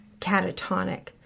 catatonic